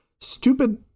stupid